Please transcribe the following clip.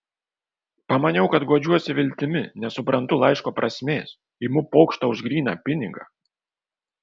pamaniau kad guodžiuosi viltimi nesuprantu laiško prasmės imu pokštą už gryną pinigą